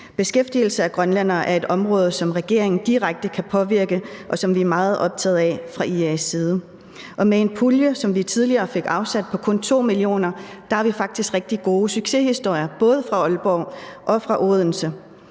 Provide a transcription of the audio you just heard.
Beskæftigelse af grønlænderne er et område, som regeringen direkte kan påvirke, og som vi er meget optaget af fra IA's side. Med en pulje på kun 2 mio. kr., som vi tidligere fik afsat, har vi faktisk rigtig gode succeshistorier både fra Aalborg og fra Odense,